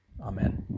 Amen